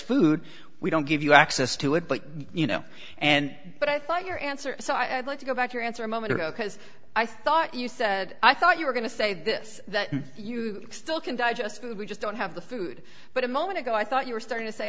food we don't give you access to it but you know and but i thought your answer so i'd like to go back your answer a moment ago because i thought you said i thought you were going to say this that you still can digest food we just don't have the food but a moment ago i thought you were starting to say